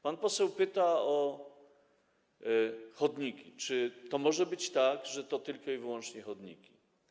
Pan poseł pyta o chodniki, czy to może być tak, że tylko i wyłącznie chodniki.